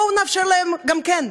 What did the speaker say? בואו נאפשר להם גם כן.